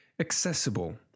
accessible